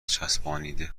چسبانیده